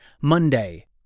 Monday